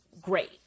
great